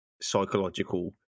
psychological